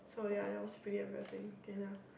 so ya it was pretty embarrassing